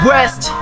West